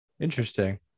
Interesting